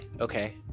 okay